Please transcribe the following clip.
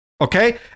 Okay